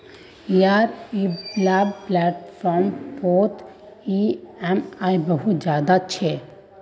यार इलाबा लैपटॉप पोत ई ऍम आई बहुत ज्यादा छे